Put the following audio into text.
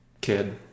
kid